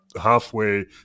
halfway